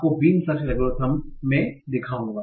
आपको beam search algorithm में दिखाऊगा